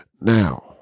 Now